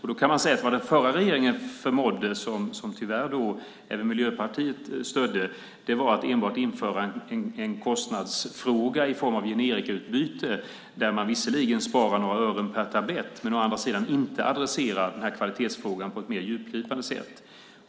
Man kan säga att vad den förra regeringen förmådde, vilket tyvärr även Miljöpartiet stödde, var att enbart införa en kostnadsfråga i form av generikautbyte där man visserligen sparar några ören per tablett men å andra sidan inte adresserar kvalitetsfrågan på ett mer djupgående sätt.